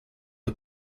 the